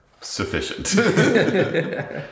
sufficient